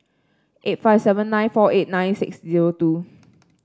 eight five seven nine four eight nine six zero two